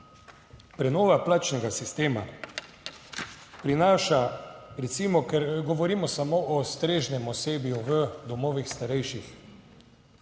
Prenova plačnega sistema prinaša recimo, ker govorimo samo o strežnem osebju v domovih starejših.